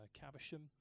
Caversham